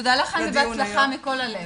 תודה לכם ובהצלחה מכל הלב.